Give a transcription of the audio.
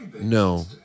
No